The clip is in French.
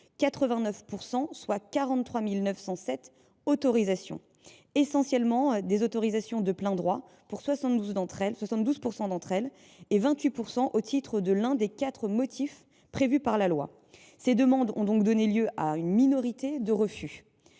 89 %, soit 43 907 autorisations –, essentiellement des autorisations de plein droit, pour 72 % d’entre elles, et 28 % au titre de l’un des quatre motifs prévus par la loi. Ces demandes ont donc donné lieu à une minorité de refus.